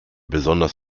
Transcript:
besonders